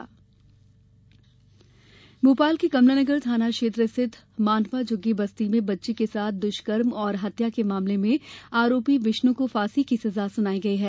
सजा फांसी भोपाल के कमलानगर थाना क्षेत्र स्थित मांडवा झग्गी बस्ती में बच्ची के साथ द्रष्कर्म और हत्या के मामले में आरोपी विष्णु को फांसी की सजा सुनाई गई है